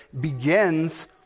begins